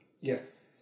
Yes